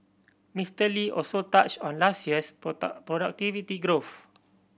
Mister Lee also touched on last year's productivity growth